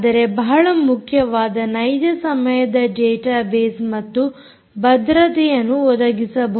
ಆದರೆ ನೀವು ಬಹಳ ಮುಖ್ಯವಾದ ನೈಜ ಸಮಯದ ಡಾಟಾ ಬೇಸ್ ಮತ್ತು ಭದ್ರತೆಯನ್ನು ಒದಗಿಸಬಹುದು